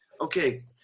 okay